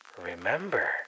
remember